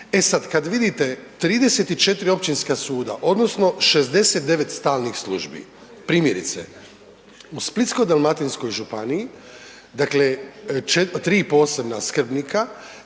E sad, kad vidite 34 općinska suda odnosno 69 stalnih službi, primjerice u Splitsko-dalmatinskoj županiji, dakle 3 posebna skrbnika